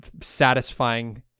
satisfying